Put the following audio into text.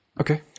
Okay